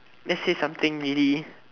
let's say something really